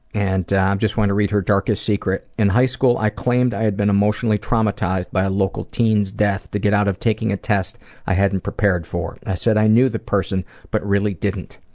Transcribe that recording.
and i um just want to read her darkest secret in high school i claimed i had been emotionally traumatized by a local teen's death to get out of taking a test i hadn't prepared for. i said i knew the person but really didn't.